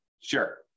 Sure